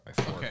Okay